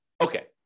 okay